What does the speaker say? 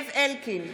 זאב אלקין,